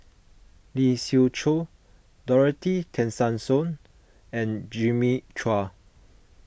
Lee Siew Choh Dorothy Tessensohn and Jimmy Chua